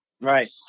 Right